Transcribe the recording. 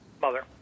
mother